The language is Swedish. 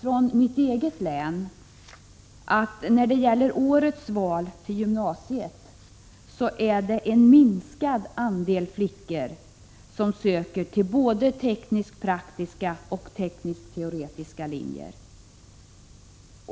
Från mitt eget län hörde jag just att det när det gäller årets val till gymnasiet är en minskad andel flickor som söker till både tekniskt-praktiska och tekniskt-teoretiska linjer.